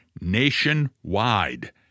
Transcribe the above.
nationwide